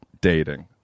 dating